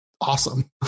Awesome